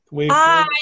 Hi